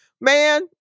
man